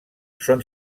són